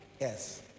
Yes